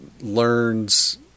learns